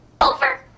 Over